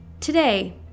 Today